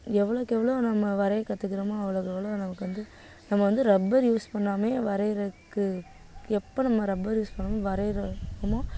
எவ்வளோக்கு எவ்ளோ நம்ம வரைய கற்றுக்கிறமோ அவ்வளோக்கு அவ்வளோ நமக்கு வந்து நம்ம வந்து ரப்பர் யூஸ் பண்ணாமயே வரைகிறத்துக்கு எப்போ நம்ம ரப்பர் யூஸ் பண்ணாமல் வரைகிறமோ